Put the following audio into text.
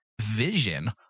vision